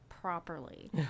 properly